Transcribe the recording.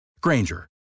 Granger